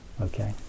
okay